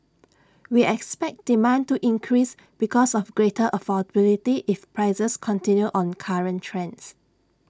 we expect demand to increase because of greater affordability if prices continue on current trends